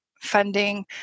funding